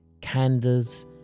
candles